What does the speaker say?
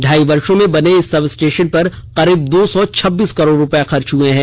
ढाई वर्षो में बने इस सब स्टेशन पर करीब दो सौ छब्बीस करोड़ रुपये खर्च हुए हैं